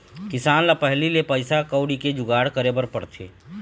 किसान ल पहिली ले पइसा कउड़ी के जुगाड़ करे बर पड़थे